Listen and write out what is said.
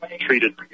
treated